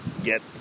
get